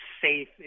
safe